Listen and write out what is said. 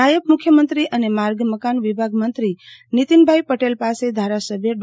નાયબ મુખ્યમંત્રી અને માર્ગ મકાન વિભાગ મંત્રી નીતિનભાઈ પટેલ પાસે ધારાસભ્ય ડો